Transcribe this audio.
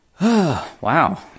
Wow